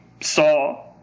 saw